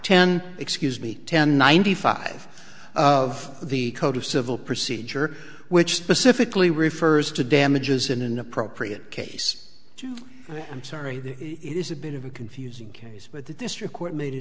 ten excuse me ten ninety five of the code of civil procedure which specifically refers to damages in an appropriate case i'm sorry this is a bit of a confusing case but the district court made a